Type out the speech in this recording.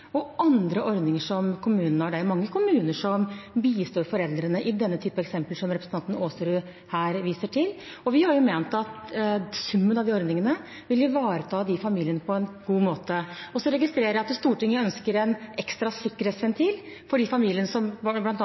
og andre ordninger som kommunene har. Det er mange kommuner som bistår foreldrene i den type eksempler som representanten Aasrud her viser til. Vi har ment at summen av de ordningene vil ivareta disse familiene på en god måte. Så registrerer jeg at Stortinget ønsker en ekstra sikkerhetsventil for de familiene